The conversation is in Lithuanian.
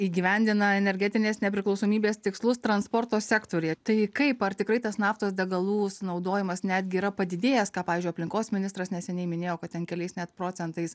įgyvendina energetinės nepriklausomybės tikslus transporto sektoriuje tai kaip ar tikrai tas naftos degalų sunaudojimas netgi yra padidėjęs ką pavyzdžiui aplinkos ministras neseniai minėjo kad ten keliais net procentais